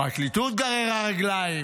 הפרקליטות גררה רגליים,